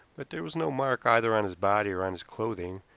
but there was no mark either on his body or on his clothing,